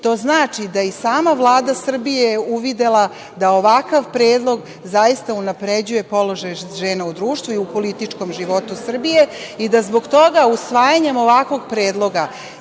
To znači da i sama Vlada Srbije je uvidela da ovakav predlog zaista unapređuje položaj žena u društvu i u političkom životu Srbije i da zbog toga usvajanjem ovakvog predloga